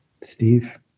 Steve